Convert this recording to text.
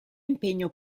impegno